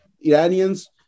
Iranians